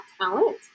talent